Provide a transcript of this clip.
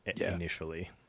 initially